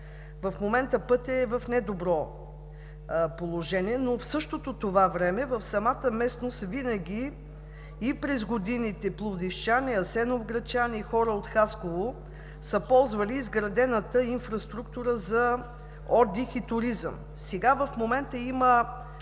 В момента пътят е в недобро положение, но в същото това време в самата местност винаги през годините пловдивчани, асеновградчани и хора от Хасково са ползвали изградената инфраструктура за отдих и туризъм. Сега в момента има